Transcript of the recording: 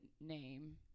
name